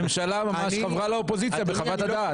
הממשלה ממש חברה לאופוזיציה בחוות הדעת.